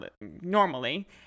normally